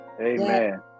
Amen